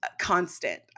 constant